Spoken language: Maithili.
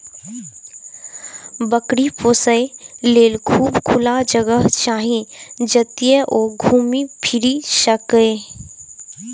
बकरी पोसय लेल खूब खुला जगह चाही, जतय ओ घूमि फीरि सकय